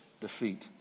defeat